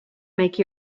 make